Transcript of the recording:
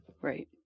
right